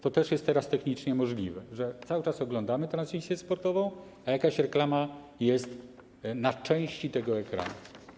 To też jest teraz technicznie możliwe: cały czas oglądamy transmisję sportową, a jakaś reklama jest na części ekranu.